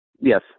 Yes